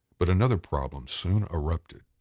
but another problem soon erupted.